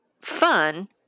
fun